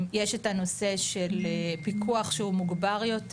יש את הנושא של פיקוח, שהוא מוגבר יותר